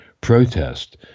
protest